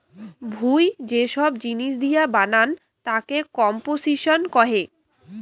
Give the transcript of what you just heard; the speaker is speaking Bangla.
ভুঁই যে সব জিনিস দিয়ে বানান তাকে কম্পোসিশন কহে